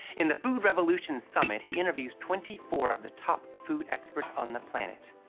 in the food revolution summit, he interviews twenty four of the top food experts on the planet.